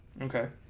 Okay